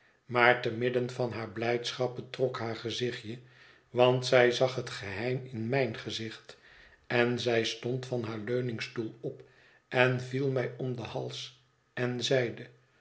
maar te midden van hare blijdschap betrok haar gezichtje want zij zag het geheim in m ij n gezicht zij stond van haar leuningstoel op en viel mij om den hals en zeide